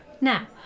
Now